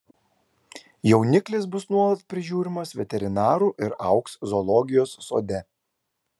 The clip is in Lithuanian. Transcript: jauniklis bus nuolat prižiūrimas veterinarų ir augs zoologijos sode